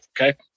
okay